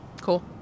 Cool